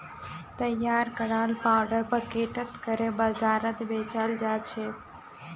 तैयार कराल पाउडर पैकेटत करे बाजारत बेचाल जाछेक